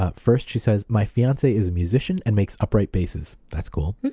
ah first she says, my fiance is a musician and makes upright basses. that's cool.